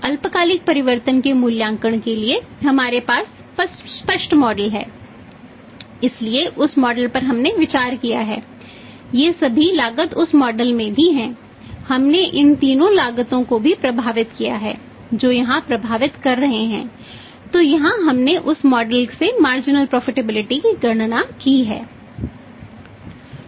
अल्पकालिक परिवर्तन के मूल्यांकन के लिए हमारे पास स्पष्ट मॉडल की गणना की है